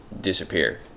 disappear